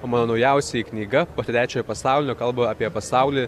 o mano naujausioji knyga po trečiojo pasaulio kalba apie pasaulį